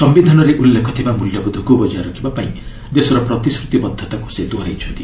ସିୟିଧାନରେ ଉଲ୍ଲେଖ ଥିବା ମିଲ୍ୟବୋଧକୁ ବକାୟ ରଖିବାପାଇଁ ଦେଶର ପ୍ରତିଶ୍ରତିବଦ୍ଧତାକୁ ସେ ଦୋହରାଇଛନ୍ତି